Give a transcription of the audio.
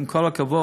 עם כל הכבוד,